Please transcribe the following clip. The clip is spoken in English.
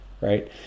right